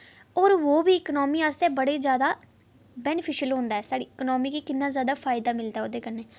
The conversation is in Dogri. और उब्भी इकानमी आस्तै बड़े जैदा बैनिफिशियल होंदा ऐ साढ़ी इकानमी गी किन्ना जैदा फायदा मिलदा ओह्दे कन्नै